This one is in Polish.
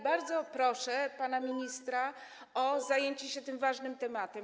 Bardzo proszę pana ministra o zajęcie się tym ważnym tematem.